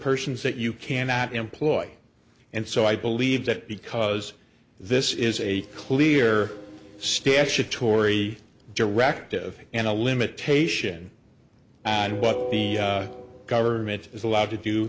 persons that you cannot employ and so i believe that because this is a clear statutory directive and a limitation and what the government is allowed to do